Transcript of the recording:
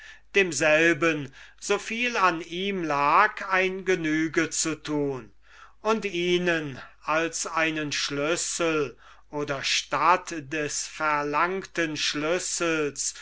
demselben so viel an ihm ist ein genüge zu tun und ihnen als einen schlüssel oder statt des verlangten schlüssels